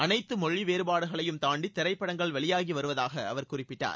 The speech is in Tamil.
அனைத்து மொழி வேறபாடுகளையும் தாண்டி திரைப்படங்கள் வெளியாகி வருவதாக அவர் குறிப்பிட்டார்